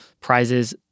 prizes